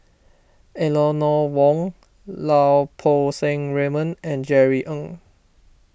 Eleanor Wong Lau Poo Seng Raymond and Jerry Ng